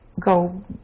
go